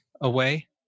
away